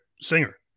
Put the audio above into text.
singer